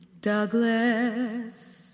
Douglas